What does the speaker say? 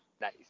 Nice